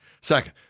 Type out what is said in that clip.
Second